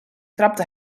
trapte